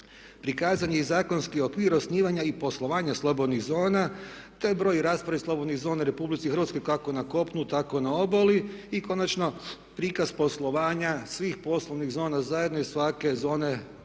prikazan je i zakonski okvir osnivanja i poslovanja slobodnih zona te broj i raspored slobodnih zona u Republici Hrvatskoj kako na kopnu tako i na obali. I konačno, prikaz poslovanja svih poslovnih zona zajedno i svake zone ponaosob